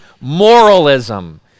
moralism